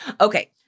Okay